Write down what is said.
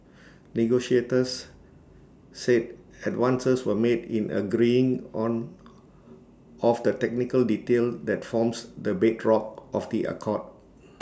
negotiators said advances were made in agreeing on of the technical detail that forms the bedrock of the accord